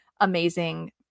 amazing